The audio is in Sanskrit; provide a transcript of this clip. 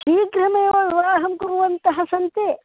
शीघ्रमेव विवाहं कुर्वन्तः सन्ति